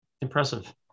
Impressive